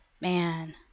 man